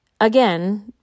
Again